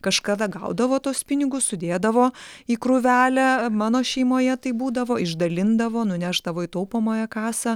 kažkada gaudavo tuos pinigus sudėdavo į krūvelę mano šeimoje tai būdavo išdalindavo nunešdavo į taupomąją kasą